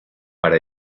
para